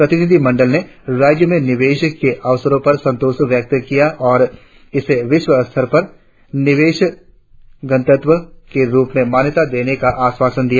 प्रतिनिधिमंडल ने राज्य में निवेश के अवसरों पर संतोष व्यक्त किया और इसे विश्व स्तर पर गर्म निवेश गंतव्य के रुप में मान्यता देने का आश्वासन दिया